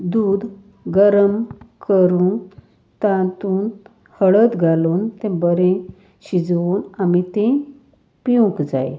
दूद गरम करून तातून हळद घालून तें बरें शिजोवन आमी तें पिवंक जाय